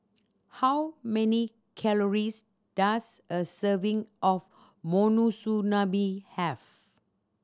how many calories does a serving of Monsunabe have